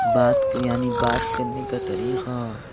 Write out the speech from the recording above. بات کہ یعنی بات کرنے کا طریقہ